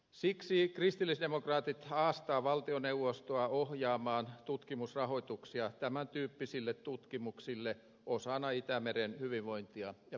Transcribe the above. siksi kristillisdemokraatit haastaa valtioneuvoston ohjaamaan tutkimusrahoitusta tämän tyyppisille tutkimuksille osana itämeren hyvinvointia ja pelastamista